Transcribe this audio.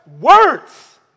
words